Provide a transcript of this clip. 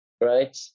right